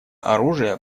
оружие